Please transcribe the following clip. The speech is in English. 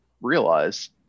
realize